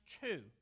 two